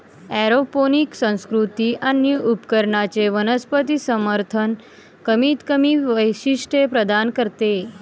aeroponic संस्कृती आणि उपकरणांचे वनस्पती समर्थन कमीतकमी वैशिष्ट्ये प्रदान करते